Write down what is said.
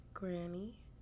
Granny